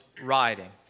riding